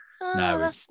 no